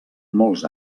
molts